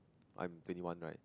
I am twenty one right